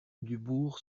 dubourg